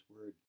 word